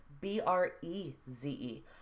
B-R-E-Z-E